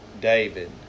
David